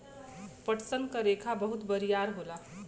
पटसन क रेसा बहुत बरियार होला